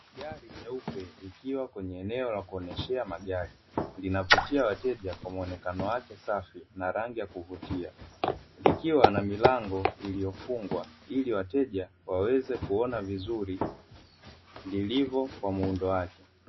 Gari jeupe likiwa kwenye eneo la kuoneshea magari. Linavutia wateja kwa muonekano wake safi na rangi ya kuvutia. Likiwa na milango iliyofungwa ili wateja waweze kuona vizuri, lilivo kwa muundo wake.